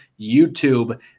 YouTube